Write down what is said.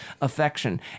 affection